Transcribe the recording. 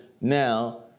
now